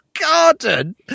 Garden